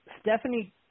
Stephanie